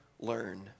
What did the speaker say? learn